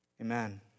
Amen